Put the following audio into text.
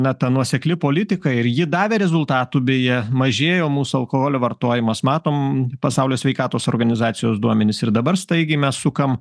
na ta nuosekli politika ir ji davė rezultatų beje mažėjo mūsų alkoholio vartojimas matom pasaulio sveikatos organizacijos duomenis ir dabar staigiai mes sukam